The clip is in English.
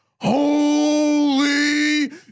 Holy